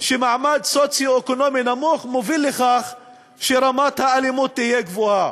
שמעמד סוציו-אקונומי נמוך מוביל לרמת אלימות גבוהה.